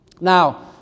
now